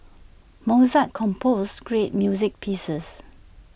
Mozart composed great music pieces